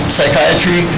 Psychiatry